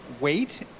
Wait